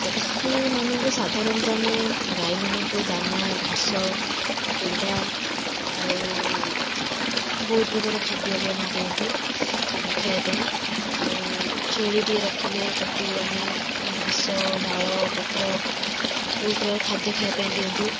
ପଶୁ ମାନଙ୍କୁ ସାଧାରଣତଃ ଆମେ ଗାଈ ମାନଙ୍କୁ ଦାନା ଘାସ କୁଣ୍ଡା ଆଉ ବହୁତ ପ୍ରକାର ଖାଦ୍ୟ ବି ଆମେ ଦିଅନ୍ତି ଖାଇବା ପାଇଁ ଆଉ ଛେଳିଟିଏ ରଖିଲେ ତାକୁ ଆମେ ଘାସ ଡାଳ ପତ୍ର ବହୁତ ପ୍ରକାର ଖାଦ୍ୟ ଖାଇବା ପାଇଁ ଦିଅନ୍ତି